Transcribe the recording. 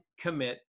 commit